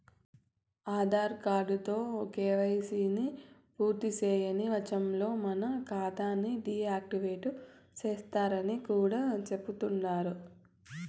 ఆదార్ కార్డుతో కేవైసీని పూర్తిసేయని వచ్చంలో మన కాతాని డీ యాక్టివేటు సేస్తరని కూడా చెబుతండారు